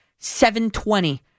7.20